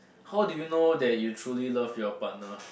how do you know that you truly love your partner